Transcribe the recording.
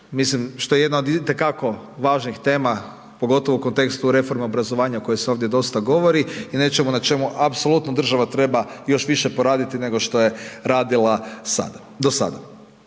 mislim, što je jedna od itekako važnih tema, pogotovo u kontekstu reforme obrazovanja o kojoj se ovdje dosta govori i nečemu na čemu apsolutno država treba još više poraditi nego što je radila do sada.